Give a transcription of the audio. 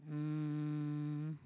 um